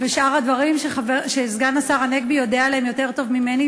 ושאר הדברים שסגן השר הנגבי יודע עליהם יותר טוב ממני